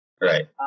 Right